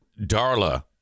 Darla